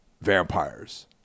vampires